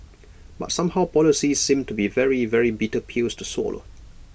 but somehow policies seem to be very very bitter pills to swallow